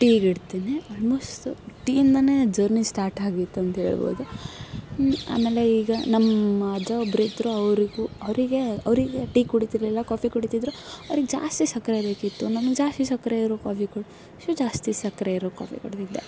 ಟೀಗಿಡ್ತೀನಿ almost ಟೀಯಿಂದಲೇ journey start ಆಗಿತ್ತು ಅಂಥೇಳ್ಬೋದು ಆಮೇಲೆ ಈಗ ನಮ್ಮ ಅಜ್ಜ ಒಬ್ಬರಿದ್ರು ಅವರಿಗೂ ಅವರಿಗೆ ಅವರಿಗೆ ಟೀ ಕುಡೀತಿರ್ಲಿಲ್ಲ ಕಾಫೀ ಕುಡೀತಿದ್ರು ಅವ್ರಿಗೆ ಜಾಸ್ತಿ ಸಕ್ಕರೆ ಬೇಕಿತ್ತು ನನ್ಗೆ ಜಾಸ್ತಿ ಸಕ್ಕರೆ ಇರೋ ಕಾಫಿ ಕೊಡಿ ಸೊ ಜಾಸ್ತಿ ಸಕ್ಕರೆ ಇರೋ ಕಾಫಿ ಕೊಡ್ತಿದ್ದೆ